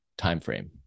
timeframe